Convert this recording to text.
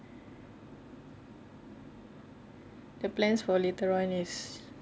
the plans for later on is